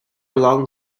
along